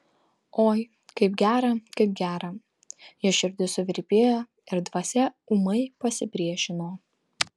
oi kaip gera kaip gera jos širdis suvirpėjo ir dvasia ūmai pasipriešino